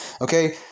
okay